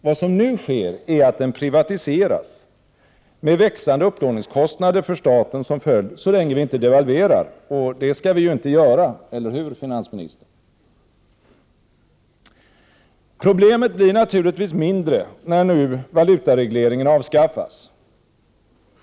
Vad som nu sker är att den privatiseras, med växande upplåningskostnader för staten som följd, så länge vi inte devalverar. Och det skall vi ju inte göra, eller hur, finansministern? Problemet blir naturligtvis mindre när valutaregleringen nu avskaffas.